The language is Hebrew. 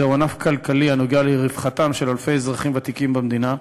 זהו ענף כלכלי הנוגע לרווחתם של אלפי אזרחים ותיקים במדינה,